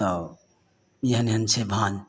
तऽ एहन एहन छै महान